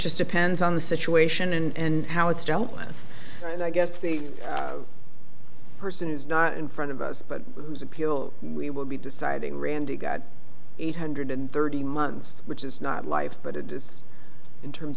just depends on the situation and how it's dealt with and i guess the person who's not in front of us but whose appeal we will be deciding randy got eight hundred thirty months which is not life but it is in terms